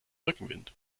rückenwind